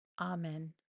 Amen